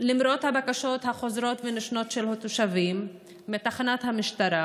שלמרות הבקשות החוזרות ונשנות של תושבים מתחנת המשטרה